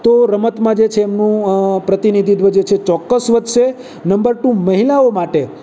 તો રમતમાં જે છે એમનું પ્રતિનિધિત્વ જે છે એ ચોક્કસ વધશે નંબર ટુ મહિલાઓ માટે